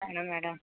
ആണോ മാഡം